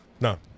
No